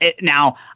Now